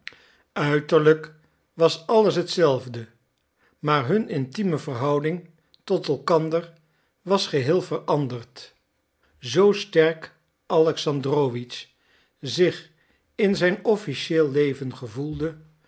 uiterlijk was alles hetzelfde maar hun intieme verhouding tot elkander was geheel veranderd zoo sterk alexandrowitsch zich in zijn officieel leven gevoelde